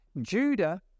Judah